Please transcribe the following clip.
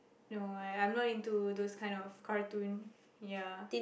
no I'm not into those kind of cartoon